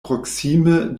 proksime